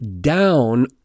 down